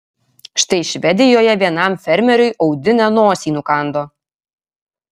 štai švedijoje vienam fermeriui audinė nosį nukando